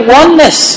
oneness